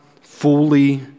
fully